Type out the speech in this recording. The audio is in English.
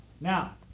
Now